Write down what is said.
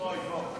אדוני היושב-ראש,